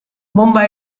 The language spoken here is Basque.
bonba